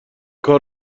کار